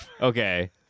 Okay